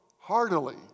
heartily